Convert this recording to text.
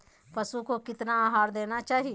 पशुओं को कितना आहार देना चाहि?